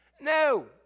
No